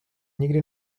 nikdy